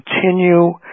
continue